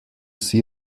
see